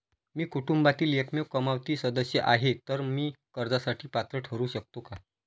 मी कुटुंबातील एकमेव कमावती सदस्य आहे, तर मी कर्जासाठी पात्र ठरु शकतो का?